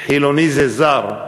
חילוני זה זר.